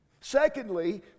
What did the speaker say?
Secondly